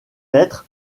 être